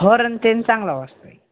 होरन ते चांगलं वाजतो आहे